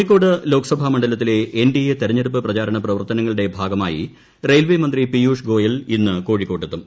കോഴിക്കോട് ലോക്സഭാ മണ്ഡലത്തിലെ N D A തെരഞ്ഞെടുപ്പ് പ്രചാരണ പ്രവർത്തനങ്ങളുടെ ഭാഗമായി റെയിൽവേ മന്ത്രി പിയൂഷ് ഗോയൽ ഇന്ന് കോഴിക്കോട്ടെത്തും